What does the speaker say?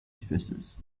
spaces